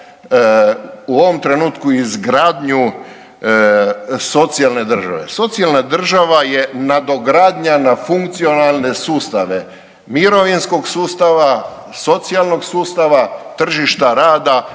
u ovom trenutku izgradnju socijalne države. Socijalna država je nadogradnja na fukcionalne sustave, mirovinskog sustava, socijalnog sustava, tržišta rada